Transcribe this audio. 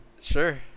Sure